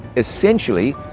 essentially,